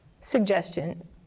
suggestion